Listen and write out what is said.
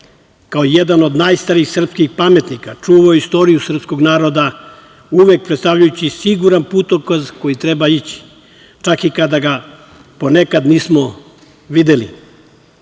Kao jedan od najstarijih srpskih pametnika, čuva istoriju srpskog naroda, uvek predstavljajući siguran putokaz kojim treba ići, čak i kada ga ponekad nismo